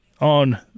on